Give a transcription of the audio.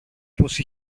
πως